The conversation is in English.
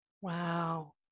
Wow